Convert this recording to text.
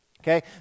okay